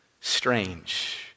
Strange